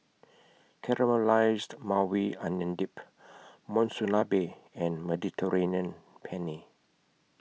Caramelized Maui Onion Dip Monsunabe and Mediterranean Penne